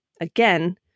again